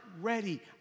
ready